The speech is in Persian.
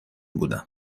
بودم